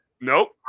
Nope